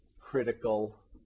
critical